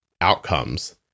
outcomes